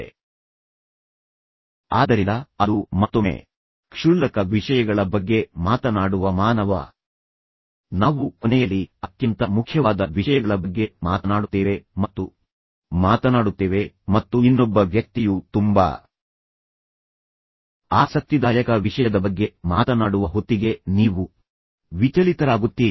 ಕೆಲವೊಮ್ಮೆ ನೀವು ಅತ್ಯಂತ ಮುಖ್ಯವಾದ ವಿಷಯವನ್ನು ಮರೆತುಬಿಡುತ್ತೀರಿ ಆದ್ದರಿಂದ ಅದು ಮತ್ತೊಮ್ಮೆ ಕ್ಷುಲ್ಲಕ ವಿಷಯಗಳ ಬಗ್ಗೆ ಮಾತನಾಡುವ ಮಾನವ ಪ್ರವೃತ್ತಿಯಾಗಿದೆ ಮತ್ತು ನಂತರ ನಾವು ಕೊನೆಯಲ್ಲಿ ಅತ್ಯಂತ ಮುಖ್ಯವಾದ ವಿಷಯಗಳ ಬಗ್ಗೆ ಮಾತನಾಡುತ್ತೇವೆ ಮತ್ತು ಇನ್ನೊಬ್ಬ ವ್ಯಕ್ತಿಯು ತುಂಬಾ ಆಸಕ್ತಿದಾಯಕ ವಿಷಯದ ಬಗ್ಗೆ ಮಾತನಾಡುವ ಹೊತ್ತಿಗೆ ನೀವು ವಿಚಲಿತರಾಗುತ್ತೀರಿ